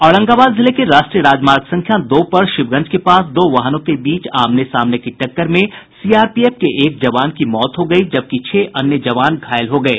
औरंगाबाद जिले के राष्ट्रीय राजमार्ग संख्या दो पर शिवगंज के पास दो वाहनों के बीच आमने सामने की टक्कर में सीआरपीएफ के एक जवान की मौत हो गयी जबकि छह अन्य जवान घायल हो गये